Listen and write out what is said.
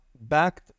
backed